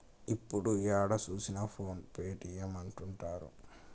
ఇప్పుడు ఏడ చూసినా ఫోన్ పే పేటీఎం అంటుంటారు